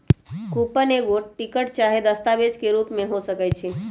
coupon एगो ticket चाहे दस्तावेज के रूप में हो सकइ छै